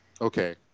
Okay